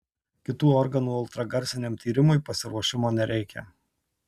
kitų organų ultragarsiniam tyrimui pasiruošimo nereikia